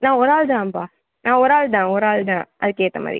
நான் ஒரு ஆள் தானப்பா நான் ஒரு ஆள் தான் ஒரு ஆள் தான் அதுக்குஏற்ற மாதிரி